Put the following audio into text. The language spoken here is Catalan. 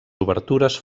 obertures